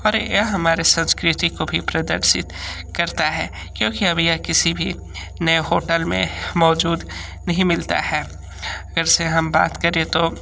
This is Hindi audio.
और यह हमारे संस्कृति को भी प्रदर्शित करता है क्योंकि अब यह किसी भी नए होटल में मौजूद नहीं मिलता है अगर से हम बात करें तो